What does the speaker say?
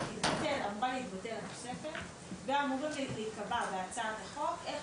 התוספת אמורה להתבטל, ואמור להיקבע בהצעת החוק איך